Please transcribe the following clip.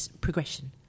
progression